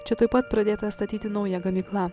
čia tuoj pat pradėta statyti nauja gamykla